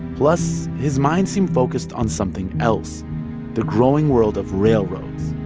plus, his mind seemed focused on something else the growing world of railroads.